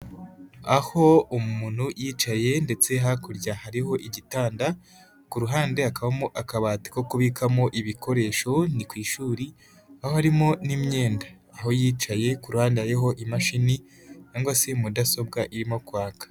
Aho umuntu yicaye ndetse hakurya hariho igitanda, ku ruhande hakabamo akabati ko kubikamo ibikoresho, ni ku ishuri, aho harimo n'imyenda, aho yicaye ku ruhande hariho imashini cyangwa se mudasobwa irimo kwaka.